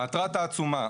מטרת העצומה,